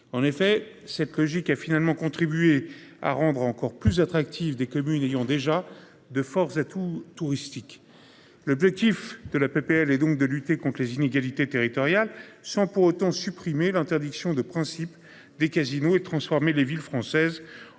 en effet cette logique a finalement contribué à rendre encore plus attractif des communes ayant déjà de forts atouts touristiques. L'objectif de la PPL et donc de lutter contres les inégalités territoriales sans pour autant supprimer l'interdiction de principe des casinos et transformer les villes françaises